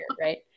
right